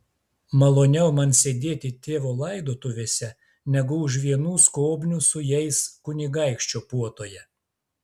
maloniau man sėdėti tėvo laidotuvėse negu už vienų skobnių su jais kunigaikščio puotoje